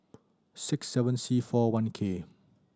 six seven C four one K